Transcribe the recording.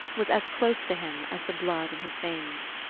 was as close to him as the blood in his veins.